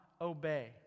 obey